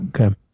Okay